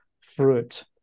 fruit